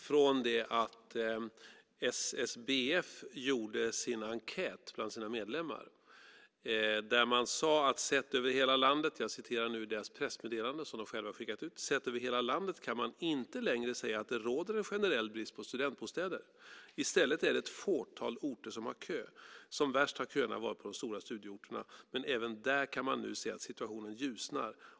Fru talman! SSBF gjorde en enkät bland sina medlemmar, och där sade man att sett över hela landet - jag citerar nu deras pressmeddelande som de själva har skickat ut - kan man inte längre säga att det råder en generell brist på studentbostäder. I stället är det ett fåtal orter som har kö. Värst har köerna varit på de stora studieorterna, men även där kan man nu se att situationen ljusnar.